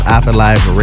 Afterlife